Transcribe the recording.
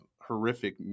horrific